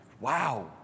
Wow